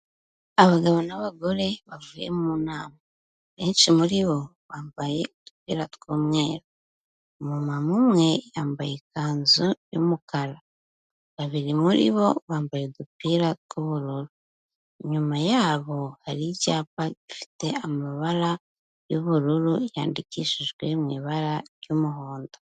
Abagabo n'abagore bavuye mu nama, benshi muri bo bambaye udupira tw'umweru, umumama umwe yambaye ikanzu y'umukara, babiri muri bo bambaye udupira tw'ubururu, inyuma yabo hari icyapa gifite amabara y'ubururu yandikishijwe mu ibara ry'umuhondo.